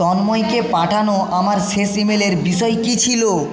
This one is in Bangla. তন্ময়কে পাঠানো আমার শেষ ইমেলের বিষয় কী ছিল